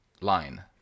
line